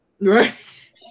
Right